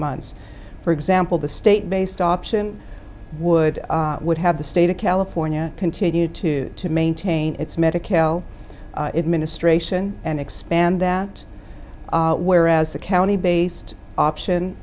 months for example the state based option would would have the state of california continue to maintain its medical administration and expand that whereas the county based option